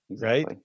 right